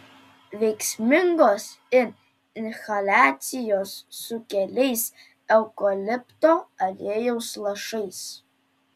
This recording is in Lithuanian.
veiksmingos ir inhaliacijos su keliais eukalipto aliejaus lašais